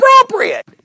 inappropriate